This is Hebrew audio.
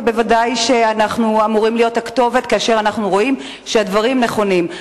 וודאי שאנחנו אמורים להיות הכתובת כאשר אנחנו רואים שהדברים נכונים.